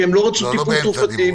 כי הם לא רצו טיפול תרופתי.